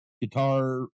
guitar